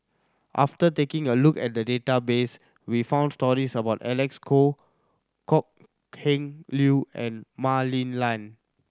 after taking a look at the database we found stories about Alec Kuok Kok Heng Leun and Mah Li Lian